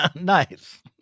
Nice